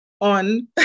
on